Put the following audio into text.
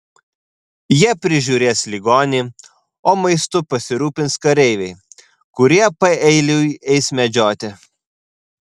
jie prižiūrės ligonį o maistu pasirūpins kareiviai kurie paeiliui eis medžioti